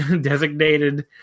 designated